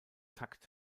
takt